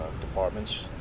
departments